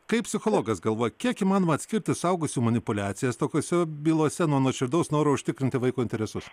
kaip psichologas galvoja kiek įmanoma atskirti suaugusių manipuliacijas tokiose bylose nuo nuoširdaus noro užtikrinti vaiko interesus